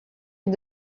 est